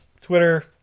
Twitter